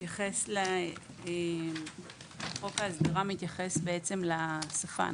חוק ההסדרה מתייחס לשפה.